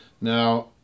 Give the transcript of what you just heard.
now